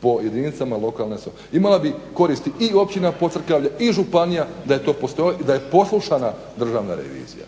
po jedinicama lokalne samouprave. Imala bi koristi i Općina Podcrkavlje i županija da je poslušana Državna revizija.